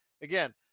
Again